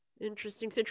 Interesting